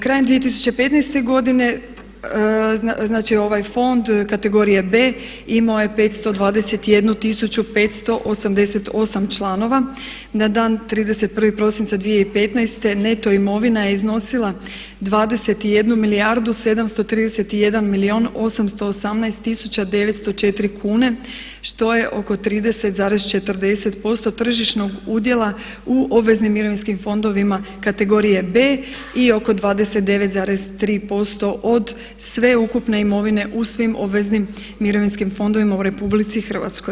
Krajem 2015. godine znači ovaj fond kategorije B imao je 521 588 članova na dan 31.12.2015. neto imovina je iznosila 21 milijardu 731 milijun 818 tisuća 904 kune što je od 30, 40% tržišnog udjela u obveznim mirovinskim fondovima kategorije B i oko 29,3% od sveukupne imovine u svim obveznim mirovinskim fondovima u RH.